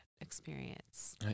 experience